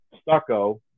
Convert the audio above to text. stucco